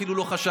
אפילו לא חשבתי.